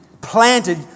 planted